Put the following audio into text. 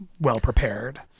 well-prepared